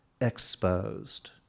exposed